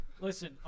Listen